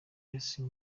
luther